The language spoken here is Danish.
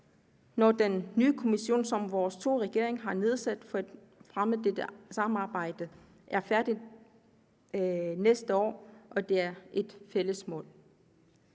at den nye kommission, som vore to regeringer har nedsat for at fremme dette samarbejde, er færdig næste år, og det er et fælles mål.